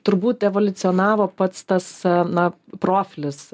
turbūt evoliucionavo pats tas na profilis